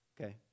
Okay